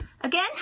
again